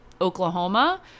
oklahoma